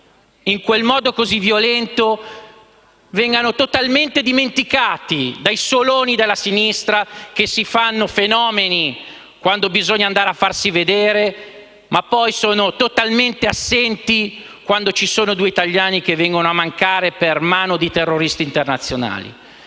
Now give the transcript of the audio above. in quel modo così violento vengano totalmente dimenticati dai soloni della sinistra, che diventano fenomeni quando bisogna andare a farsi vedere, ma poi sono totalmente assenti quando due italiani vengono a mancare per mano di terroristi internazionali.